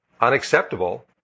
unacceptable